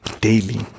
Daily